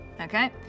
Okay